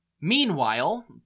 Meanwhile